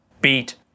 beat